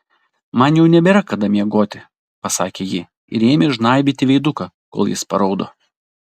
man jau nebėra kada miegoti pasakė ji ir ėmė žnaibyti veiduką kol jis paraudo